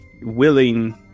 willing